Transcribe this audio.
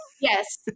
Yes